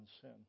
sin